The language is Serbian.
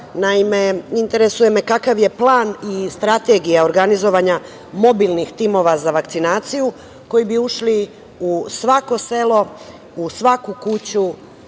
Naime, interesuje me kakav je plan i strategija organizovanja mobilnih timova za vakcinaciju koji bi ušli u svako selo, u svaku kuću